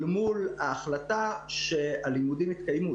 אל מול ההחלטה שהלימודים יתקיימו.